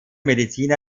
medizin